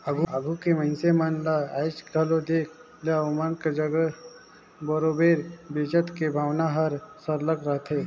आघु के मइनसे मन ल आएज घलो देख ला ओमन जग बरोबेर बचेत के भावना हर सरलग रहथे